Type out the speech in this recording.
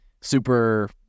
super